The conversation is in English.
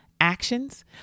actions